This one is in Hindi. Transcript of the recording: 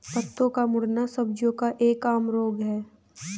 पत्तों का मुड़ना सब्जियों का एक आम रोग है